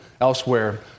elsewhere